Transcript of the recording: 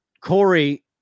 Corey